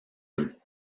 eux